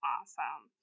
Awesome